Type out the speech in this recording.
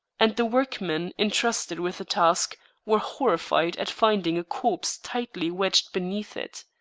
and the workmen intrusted with the task were horrified at finding a corpse tightly wedged beneath it.